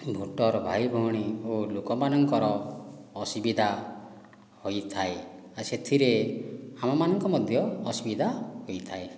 voter ଭାଇ ଭଉଣୀ ଓ ଲୋକମାନଙ୍କର ଅସୁବିଧା ହୋଇଥାଏ ଆଉ ସେଥିରେ ଆମମାନଙ୍କୁ ମଧ୍ୟ ଅସୁବିଧା ହୋଇଥାଏ